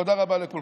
תודה רבה לכולכם.